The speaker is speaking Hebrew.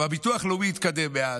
הביטוח הלאומי התקדם מאז,